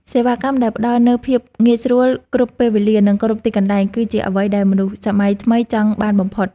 សេវាកម្មដែលផ្ដល់នូវភាពងាយស្រួលគ្រប់ពេលវេលា និងគ្រប់ទីកន្លែង គឺជាអ្វីដែលមនុស្សសម័យថ្មីចង់បានបំផុត។